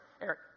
Eric